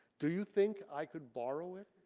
do you think i could borrow it?